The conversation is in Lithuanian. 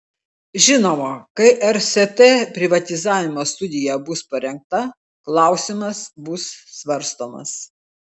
žinoma kai rst privatizavimo studija bus parengta klausimas bus svarstomas